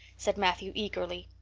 said matthew eagerly.